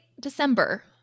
December